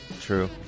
True